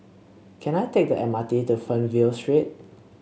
can I take the M R T to Fernvale Street